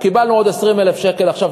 קיבלנו עוד 20,000 שקל עכשיו,